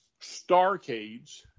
Starcades